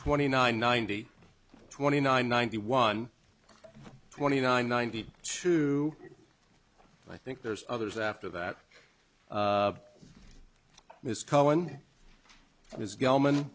twenty nine ninety twenty nine ninety one twenty nine ninety two i think there's others after that miss cohen is goldman